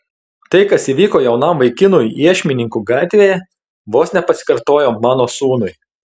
tai kas įvyko jaunam vaikinui iešmininkų gatvėje vos nepasikartojo mano sūnui